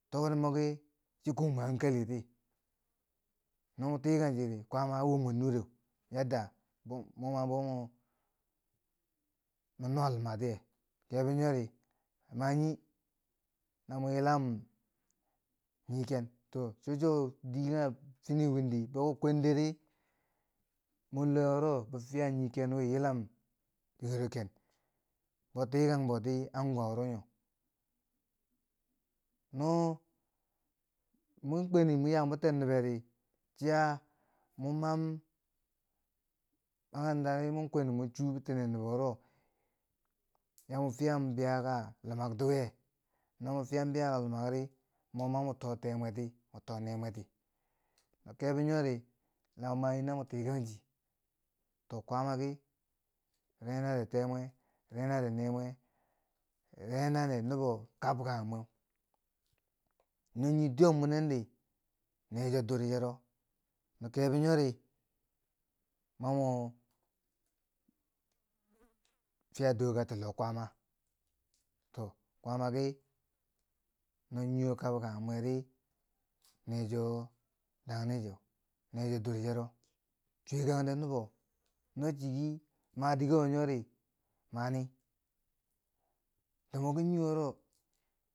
Tokre moki chi kung mwen hankaliti no mo tikang chi tiri, kwama an wommwen nure, yadda mo ma bo mo. nuwa luma tiyeu, kebo nyori a manyi, na mo yilam nii ken, to cho chuwo dikanghe. fini windi kangha ki kwenderi, mor luwe wori fiya nii ken wi ki yilam dikero ken b o tiakng boti anguwa wuro nin no- mon kweni moki yang biten noberi. siya mo mam makaranta ri, mon kweni mo chuu biten nobe wuro, ya mwa fiyam biyaka luma ti wiye no mo fiyam biya lumak ri mo ma mo too temweti. mo too nemwe ti. No kebo nyori la mwa manyi na mo tikang chi? to kwamaki renare temwe, renare nee mwe, renare nobo kab kangha mweu, no nii dwiyom muneng di, ne cho durcero. no kebo nyori ma mo fiya dooka ti loh kwaama, to kwaama ki no niwo kab kanghe mweri, necho dang ne cheu, necho durcero, chwyekangde nubo no chiki ma dikewo nyori, mani. Nobo ki nii wuro.